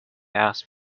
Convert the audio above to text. ask